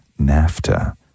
NAFTA